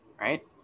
right